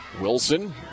Wilson